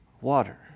water